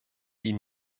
die